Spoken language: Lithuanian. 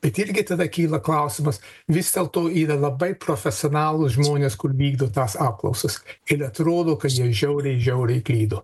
bet irgi tada kyla klausimas vis dėlto yra labai profesionalūs žmonės kur vykdo tas apklausas ir atrodo kad jie žiauriai žiauriai klydo